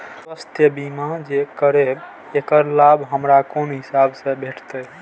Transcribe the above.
स्वास्थ्य बीमा जे हम करेब ऐकर लाभ हमरा कोन हिसाब से भेटतै?